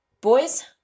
Boys